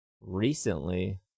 recently